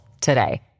today